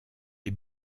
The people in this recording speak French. les